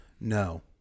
No